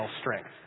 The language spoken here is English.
strength